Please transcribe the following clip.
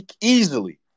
easily